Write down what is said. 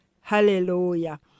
Hallelujah